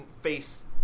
face